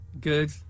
Good